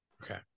Okay